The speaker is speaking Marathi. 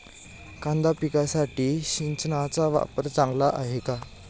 कांदा पिकासाठी सिंचनाचा वापर चांगला आहे का?